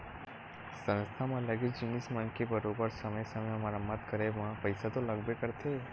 संस्था म लगे जिनिस मन के बरोबर समे समे म मरम्मत के करब म पइसा तो लगबे करथे